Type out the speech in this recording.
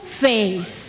faith